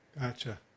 Gotcha